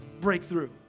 breakthrough